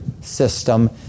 system